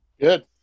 Good